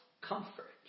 comfort